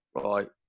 right